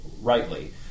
rightly